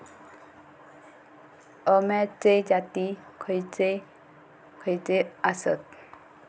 अम्याचे जाती खयचे खयचे आसत?